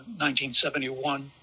1971